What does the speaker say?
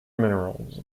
minerals